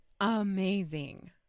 amazing